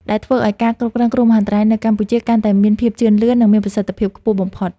ដែលធ្វើឱ្យការគ្រប់គ្រងគ្រោះមហន្តរាយនៅកម្ពុជាកាន់តែមានភាពជឿនលឿន និងមានប្រសិទ្ធភាពខ្ពស់បំផុត។